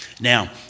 Now